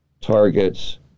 targets